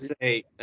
say